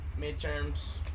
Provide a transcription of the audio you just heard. Midterms